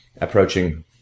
approaching